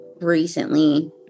recently